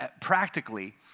practically